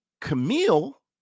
Camille